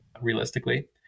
realistically